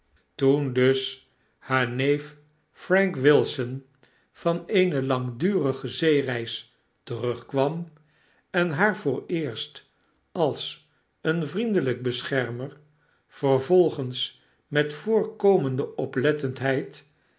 toen dus haar neef frank wilson van eene langdurige zeereis terugkwam en haar vooreerst als een vriendelijk beschermer vervolgens met voorkomende